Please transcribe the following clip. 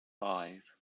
five